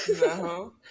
No